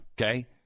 Okay